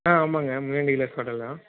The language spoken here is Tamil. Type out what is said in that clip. ஆ ஆமாங்க முனியாண்டி விலாஸ் ஹோட்டல் தான்